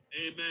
Amen